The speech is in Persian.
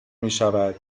میشود